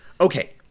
Okay